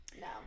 no